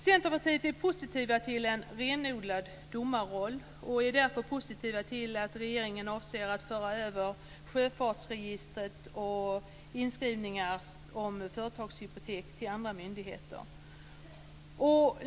Centerpartiet är positivt till en renodlad domarroll och därför positivt till att regeringen avser att föra över sjöfartsregistret och inskrivningar om företagshypotek till andra myndigheter.